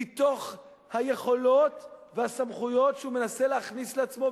מתוך היכולות והסמכויות שהוא מנסה להכניס לעצמו,